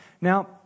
Now